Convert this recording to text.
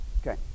Okay